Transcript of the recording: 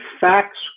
facts